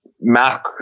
Mac